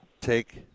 Take